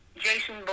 Jason